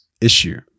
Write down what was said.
issue